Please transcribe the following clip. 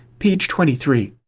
page twenty three.